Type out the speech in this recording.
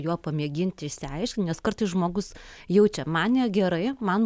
juo pamėginti išsiaiškinti nes kartais žmogus jaučia man negerai man